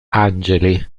angeli